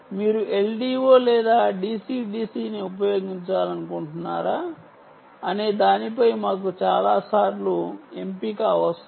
మీరు LDO లేదా DCDC ని ఉపయోగించాలనుకుంటున్నారా అనే దానిపై మాకు చాలాసార్లు ఎంపిక అవసరం